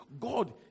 God